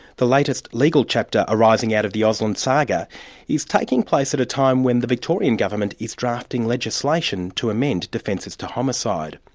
the latest legal chapter arising out of the osland saga is taking place at a time when the victorian government is drafting legislation to amend defences to homicide.